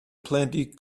plenty